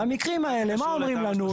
במקרים האלה, מה אומרים לנו?